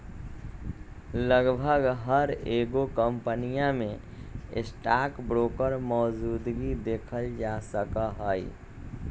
लगभग हर एगो कम्पनीया में स्टाक ब्रोकर मौजूदगी देखल जा सका हई